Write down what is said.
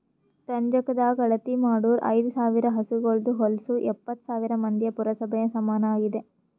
ರಂಜಕದಾಗ್ ಅಳತಿ ಮಾಡೂರ್ ಐದ ಸಾವಿರ್ ಹಸುಗೋಳದು ಹೊಲಸು ಎಪ್ಪತ್ತು ಸಾವಿರ್ ಮಂದಿಯ ಪುರಸಭೆಗ ಸಮನಾಗಿದೆ